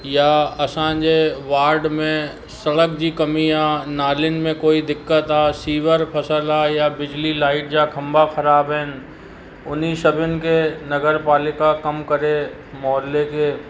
या असांजे वार्ड में सड़क जी कमी आहे नालियुनि में कोई दिक़त आहे सीवर फसल आहे या बिजली लाइट जा खंबा ख़राबु आहिनि उन सभिनि खे नगर पालिका कम करे मुहले खे